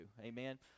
Amen